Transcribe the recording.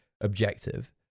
objective